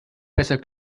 besser